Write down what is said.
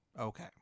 Okay